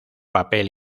papel